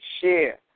share